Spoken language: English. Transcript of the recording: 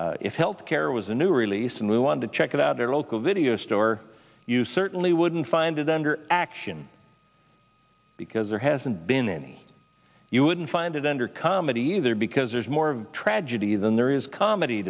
comedy if health care was a new release and we wanted to check out their local video store you certainly wouldn't find it under action because there hasn't been any you wouldn't find it under comedy either because there's more of a tragedy than there is comedy